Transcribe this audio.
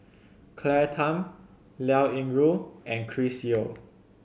Claire Tham Liao Yingru and Chris Yeo